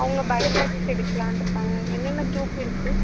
அவங்க bio maths எடுக்கலான்ருக்காங்க என்னென்ன க்ரூப் இருக்கு